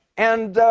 and,